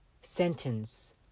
sentence